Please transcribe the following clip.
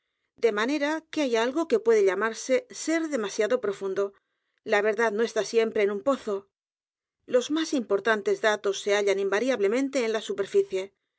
de manera que hay algo que puede llamarse ser demasiado profundo la verdad n o está siempre en un pozo los m á s importantes datos s e hallan invariablemente en la superficie